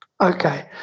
Okay